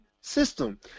system